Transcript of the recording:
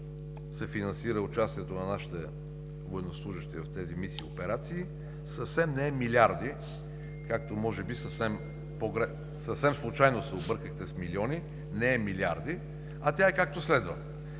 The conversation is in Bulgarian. се финансира участието на нашите военнослужещи в тези мисии и операции, съвсем не са милиарди, както може би съвсем случайно се объркахте с милиони. Не са милиарди, а са както следва: